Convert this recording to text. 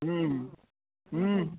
हूँ हूँ हूँ